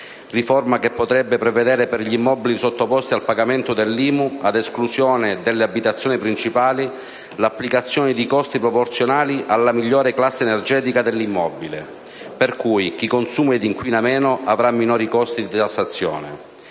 Riforma che potrebbe prevedere per gli immobili sottoposti al pagamento dell'IMU, ad esclusione delle abitazione principali, l'applicazione di costi proporzionali alla migliore classe energetica dell'immobile, per cui chi consuma ed inquina meno avrà minori costi di tassazione.